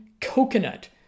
coconut